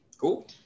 Cool